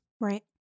Right